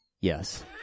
Yes